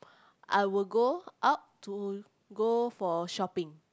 I will go up to go for shopping